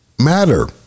matter